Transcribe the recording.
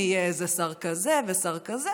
מי יהיה איזה שר כזה ושר כזה,